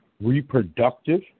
reproductive